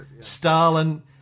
Stalin